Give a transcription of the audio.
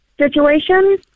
situation